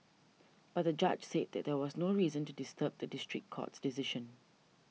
but the judge said that there was no reason to disturb the district court's decision